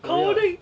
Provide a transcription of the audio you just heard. coding